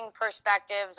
perspectives